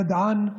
ידען,